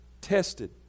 tested